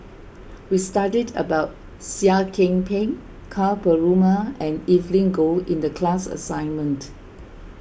we studied about Seah Kian Peng Ka Perumal and Evelyn Goh in the class assignment